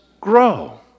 grow